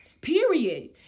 period